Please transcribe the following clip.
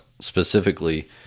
specifically